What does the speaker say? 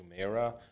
Jumeirah